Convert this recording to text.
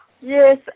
Yes